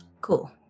Cool